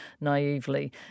naively